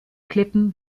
klippen